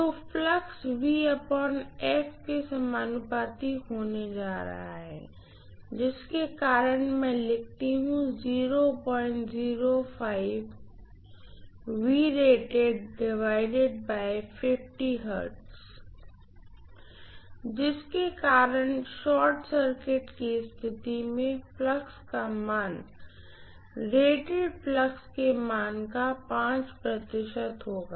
तो फ्लक्स के समानुपाती होने जा रहा है जिसके कारण मैं यह लिख सकती हूँ जिसके कारण शॉर्ट सर्किट की स्थिति में फ्लक्स का मान रेटेड फ्लक्स के मान का 5 प्रतिशत होगा